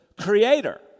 creator